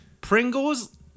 Pringles